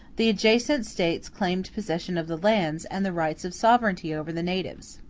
the adjacent states claimed possession of the lands and the rights of sovereignty over the natives.